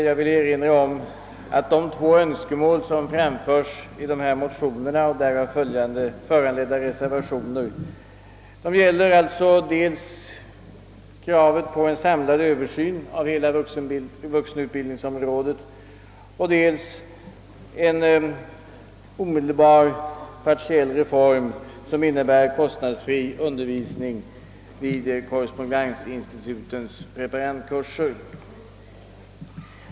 Jag vill dock erinra om att de två önskemål, som framförts i dessa motioner och därav föranledda reservationer, gäller dels kravet på en samlad översyn av hela vuxenutbildningsområdet och dels en omedelbar partiell reform som innebär kostnadsfri undervisning vid korrespondensinstitutens preparandkurser.